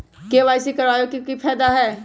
KYC करवाबे के कि फायदा है?